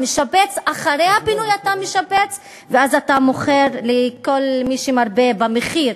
ואחרי הפינוי אתה משפץ ואז אתה מוכר לכל מי שמרבה במחיר.